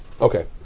Okay